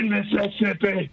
Mississippi